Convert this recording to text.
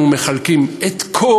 אנחנו מחלקים את כל,